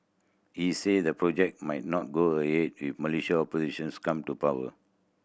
he said the project might not go ahead if Malaysia's opposition come to power